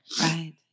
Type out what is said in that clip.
Right